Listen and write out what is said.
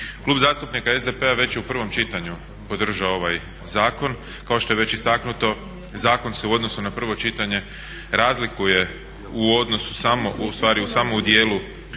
Klub zastupnika SDP-a već je u prvom čitanju podržao ovaj zakon. Kao što je već istaknuto zakon se u odnosu na prvo čitanje razlikuje u odnosu samo, ustvari samo u dijelu u kojem